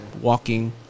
Walking